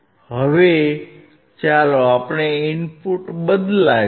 હવે ચાલો આપણે ઇનપુટ બદલીએ